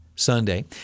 Sunday